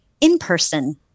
in-person